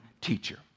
teacher